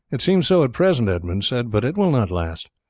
it seems so at present, edmund said, but it will not last.